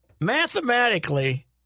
Mathematically